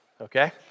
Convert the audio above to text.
okay